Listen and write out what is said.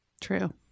true